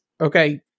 okay